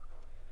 אותה.